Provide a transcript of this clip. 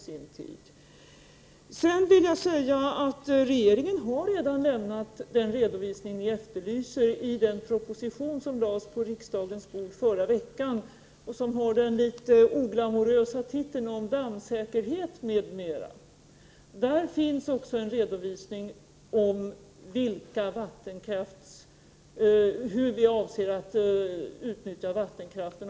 Sedan vill jag säga att regeringen redan har lämnat den redovisning som ni efterlyser i den proposition som lades på riksdagens bord i förra veckan och som har den litet oglamorösa titeln Dammsäkerhet m.m. Där finns en redovisning av hur vi avser att utnyttja vattenkraften.